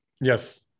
yes